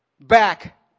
back